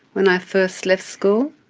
when i first left school.